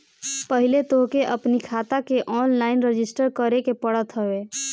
पहिले तोहके अपनी खाता के ऑनलाइन रजिस्टर करे के पड़त हवे